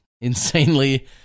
insanely